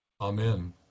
Amen